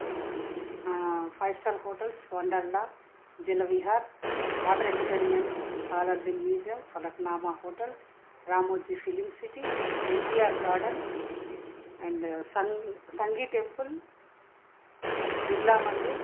five star hotels Wonderla Jalavihar water entertainments Salar Jung museum Falaknuma hotel Ramoji film city NTR garden and సం Sanghi temple Birla Mandir